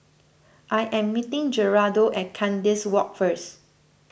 I am meeting Geraldo at Kandis Walk first